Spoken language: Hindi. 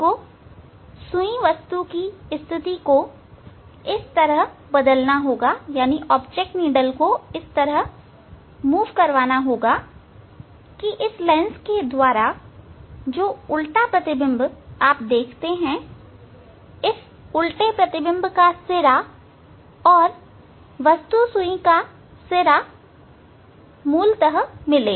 आपको सुई वस्तु की स्थिति को इस तरह बदलना होगा इस लेंस के द्वारा जो उल्टा प्रतिबिंब आप देखते हैं इस उल्टे प्रतिबिंब का सिरा और सुई वस्तु का सिरा मूलत मिले